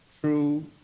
true